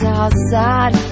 outside